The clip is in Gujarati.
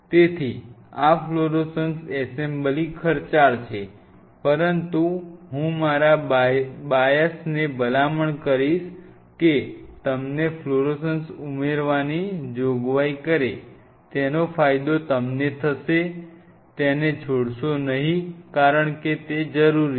તેથી આ ફ્લોરોસન્ટ એસેમ્બલી ખર્ચાળ છે પરંતુ હું મારા બાયસ થને ભલામણ કરીશ કે તમને ફ્લોરોસન્સ ઉમેરવાની જોગવાઈ કરે તેનો ફાયદો તમને થશે તેને છોડશો નહી કરણ કે તે જરૂરી છે